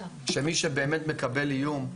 שמי שבאמת מקבל איום,